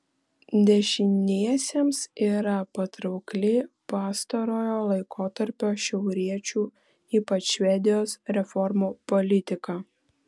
dešiniesiems yra patraukli pastarojo laikotarpio šiauriečių ypač švedijos reformų politika